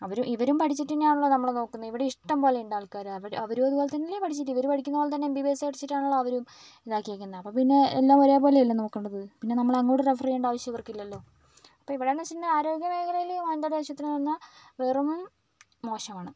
അവരും ഇവരും പഠിച്ചിട്ടു തന്നെയാണല്ലോ നമ്മളെ നോക്കുന്നത് ഇവിടെ ഇഷ്ടം പോലെയുണ്ട് ആൾക്കാര് അവര് അവരും ഇതുപോലെത്തന്നെയാണ് പഠിച്ചിട്ട് ഇവര് പഠിക്കുന്നത് പോലെ തന്നെ എം ബി ബി എസ് പഠിച്ചിട്ടാണല്ലോ അവരും ഇതാക്കിയേക്കുന്നത് അപ്പം പിന്നെ എല്ലാം ഒരേപോലെയല്ലേ നോക്കേണ്ടത് പിന്നെ നമ്മളെ അങ്ങോട്ട് റഫറ് ചെയ്യേണ്ട ആവശ്യം ഇവർക്കില്ലല്ലോ അപ്പം ഇവിടേന്ന് വെച്ചിട്ടുണ്ടെങ്കിൽ ആരോഗ്യമേഖലയില് വന്നാൽ വെറും മോശമാണ്